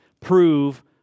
prove